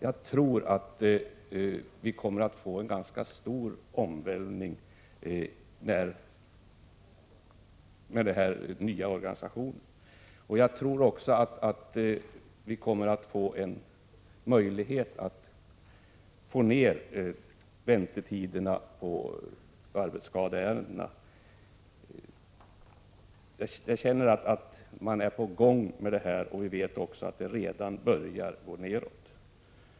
Jag tror att vi kommer att få en ganska stor omvälvning i och med den här nya organisationen. Jag tror också att det kommer att bli möjligt att minska väntetiderna för arbetskadeärenden. Jag har en känsla av att något är på gång i detta sammanhang. Redan nu kan man ju konstatera att väntetiderna har börjat minska.